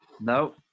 No